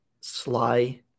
sly